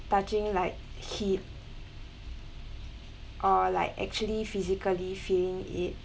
touching like heat or like actually physically feeling it